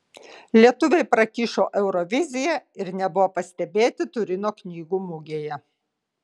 lietuviai prakišo euroviziją ir nebuvo pastebėti turino knygų mugėje